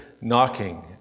knocking